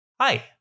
Hi